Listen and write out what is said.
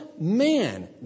man